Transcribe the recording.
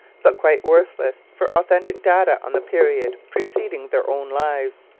but quite worthless for authentic data on the period preceding their own lives.